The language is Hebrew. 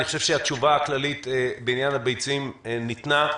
אני חושב שהתשובה הכללית בעניין הביצים ניתנה.